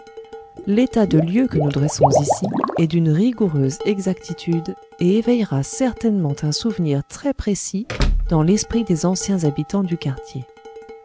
l'état de lieux que nous dressons ici est d'une rigoureuse exactitude et éveillera certainement un souvenir très précis dans l'esprit des anciens habitants du quartier